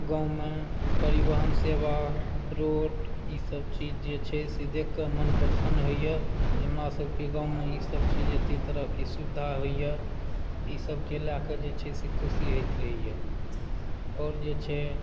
गाँवमे परिवहन सेवा रोड ई सबचीज जे छै से देख क मन प्रसन्न होइया जे हमरासबके गाँवमे ई सब चीज अते तरह के सुविधा होइया ई सबके लए कऽ जे छै से खुशी होइत रहैया और जे छै